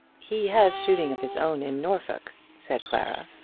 he has shooting of his own in norfolk, said clara.